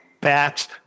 bats